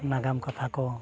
ᱱᱟᱜᱟᱢ ᱠᱟᱛᱷᱟ ᱠᱚ